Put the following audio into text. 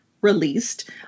released